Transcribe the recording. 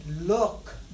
Look